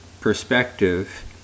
perspective